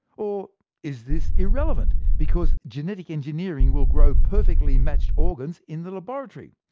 or is this irrelevant, because genetic engineering will grow perfectly matched organs in the laboratory.